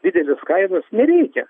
didelės kainos nereikia